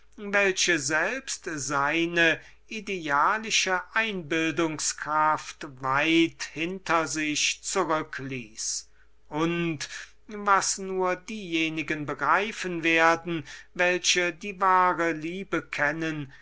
welche selbst seine idealische einbildungskraft weit hinter sich zurücke ließ und was nur diejenigen begreifen werden welche die wahre